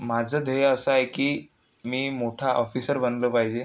माझं ध्येय असं आहे की मी मोठा ऑफिसर बनलं पाहिजे